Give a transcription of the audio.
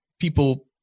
people